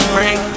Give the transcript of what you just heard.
Break